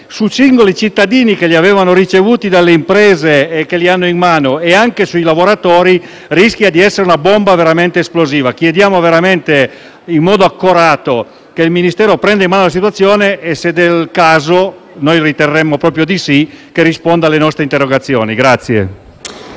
su singoli cittadini che li avevano ricevuti dalle imprese e che li hanno in mano, nonché sui lavoratori, questa rischia di essere una bomba veramente esplosiva. Chiediamo in modo accorato che il Ministero prenda in mano la situazione e che, se del caso (noi riteniamo proprio di sì), risponda alle nostre interrogazioni.